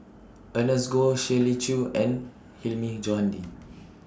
Ernest Goh Shirley Chew and Hilmi Johandi